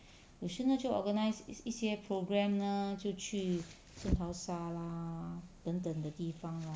有时呢就 organise 一一些 program lah 就去圣淘沙 lah 等等的地方 lah